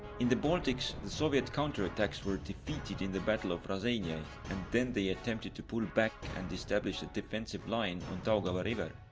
in the baltics, the soviet counter attacks were defeated in the battle of raseiniai and then they attempted to pull back and establish a defensive line on daugava river,